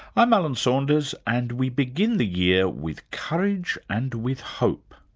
i'm alan saunders and we begin the year with courage and with hope,